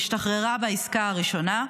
והשתחררה בעסקה הראשונה.